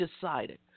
decided